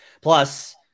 Plus